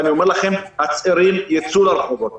ואני אומר לכם הצעירים ייצאו לרחובות,